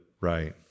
right